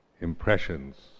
impressions